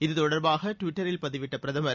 இது தொடர்பாக ட்விட்டரில் பதிவிட்ட பிரதமர்